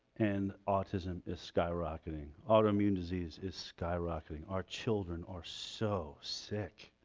and autism is skyrocketing autoimmune disease is skyrocketing our children are so sick